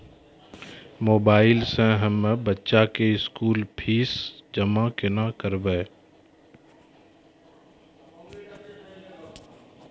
Mobile से हम्मय बच्चा के स्कूल फीस जमा केना करबै?